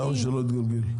למה שזה לא יתגלגל?